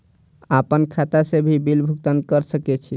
आपन खाता से भी बिल भुगतान कर सके छी?